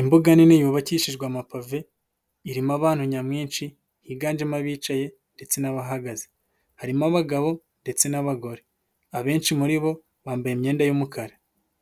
Imbuga nini yubakishijwe amapave, irimo abantu nyamwinshi, higanjemo abicaye ndetse n'abahagaze, harimo abagabo ndetse n'abagore, abenshi muri bo bambaye imyenda y'umukara,